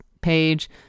page